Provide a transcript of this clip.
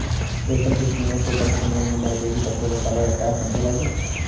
रेशम के कीड़ों को बंद कमरों में मलबेरी पत्तों पर पाला जाता है समझे राजू